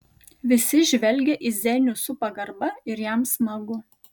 visi žvelgia į zenių su pagarba ir jam smagu